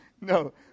No